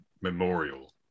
memorial